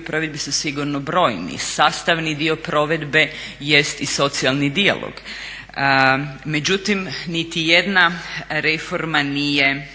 provedbi su sigurno brojni. Sastavni dio provedbe jest i socijalni dijalog. Međutim, niti jedna reforma nije